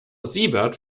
siebert